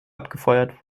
abgefeuert